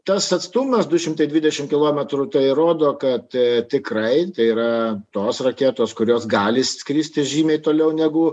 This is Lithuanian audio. tas atstumas du šimtai dvidešim kilometrų tai rodo kad tikrai tai yra tos raketos kurios gali skristi žymiai toliau negu